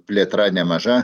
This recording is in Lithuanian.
plėtra nemaža